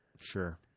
Sure